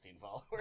followers